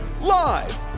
Live